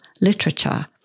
literature